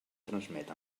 transmet